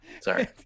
Sorry